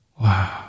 Wow